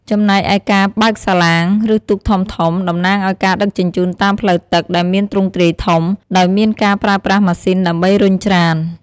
ចំណែកឯការបើកសាឡាង ឬទូកធំៗ តំណាងឲ្យការដឹកជញ្ជូនតាមផ្លូវទឹកដែលមានទ្រង់ទ្រាយធំ ដោយមានការប្រើប្រាស់ម៉ាស៊ីនដើម្បីរុញច្រាន។